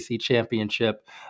championship